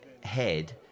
head